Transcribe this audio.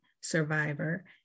survivor